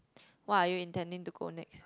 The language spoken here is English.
what are you intending to go next